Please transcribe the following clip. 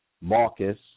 Marcus